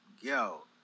yo